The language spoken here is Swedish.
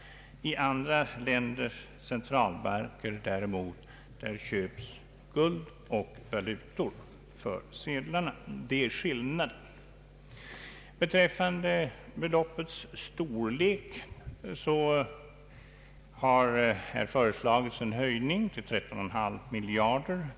I andra länders centralbanker däremot köps guld och valutor för sedlarna. Det är skillnaden. Beträffande beloppets storlek har här föreslagits en höjning till 13,5 miljarder kronor.